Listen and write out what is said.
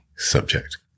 subject